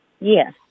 Yes